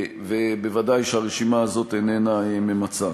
וודאי שהרשימה הזאת איננה ממצה.